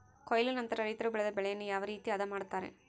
ಕೊಯ್ಲು ನಂತರ ರೈತರು ಬೆಳೆದ ಬೆಳೆಯನ್ನು ಯಾವ ರೇತಿ ಆದ ಮಾಡ್ತಾರೆ?